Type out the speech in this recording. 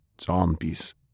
Zombies